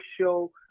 show